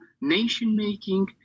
nation-making